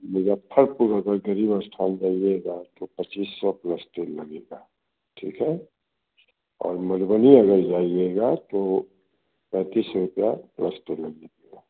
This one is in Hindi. मुज़फ़्फ़रपुर अगर ग़रीब स्थान जाइएगा तो पच्चीस से प्लस तेल लगेगा ठीक है और मधुबनी अगर जाइएगा तो पैंतीस सौ रुपये प्लस तेल लगेगा